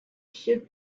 should